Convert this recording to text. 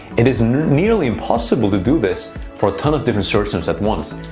it is nearly impossible to do this for a ton of different search terms at once,